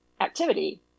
activity